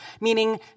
meaning